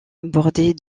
bordée